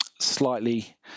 slightly